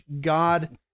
God